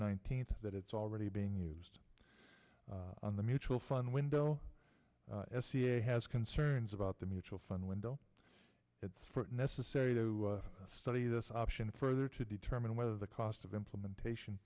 nineteenth that it's already being used on the mutual fund window as ca has concerns about the mutual fund window it's necessary to study this option further to determine whether the cost of implementation